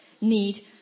need